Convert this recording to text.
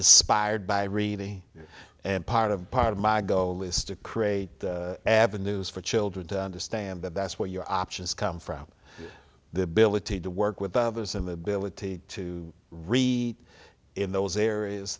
aspired by reading and part of part of my goal is to create avenues for children to understand that that's where your options come from the ability to work with others and the ability to read in those areas